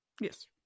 Yes